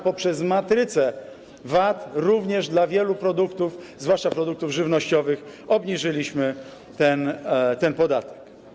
Poprzez matrycę VAT również dla wielu produktów, zwłaszcza produktów żywnościowych, obniżyliśmy ten podatek.